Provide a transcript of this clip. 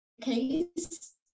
case